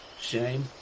Shame